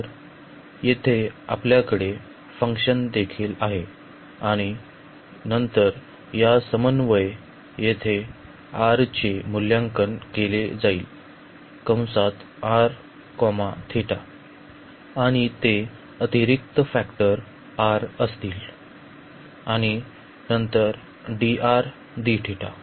तर येथे आपल्याकडे फंक्शन देखील आहे आणि नंतर या समन्वय येथे R चे मूल्यांकन केले जाईल r θ आणि ते अतिरिक्त फॅक्टर r असतील आणि नंतर dr dθ